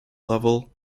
lovell